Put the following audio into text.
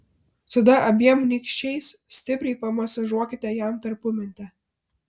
tada abiem nykščiais stipriai pamasažuokite jam tarpumentę